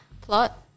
plot